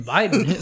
Biden